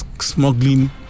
smuggling